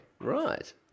Right